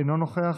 אינו נוכח,